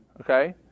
Okay